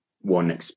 one